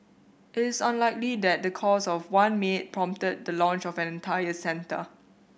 it is unlikely that the cause of one maid prompted that the launch of an entire centre